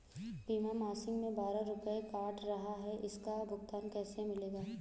बीमा मासिक में बारह रुपय काट रहा है इसका भुगतान कैसे मिलेगा?